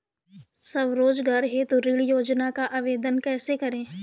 स्वरोजगार हेतु ऋण योजना का आवेदन कैसे करें?